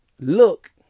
look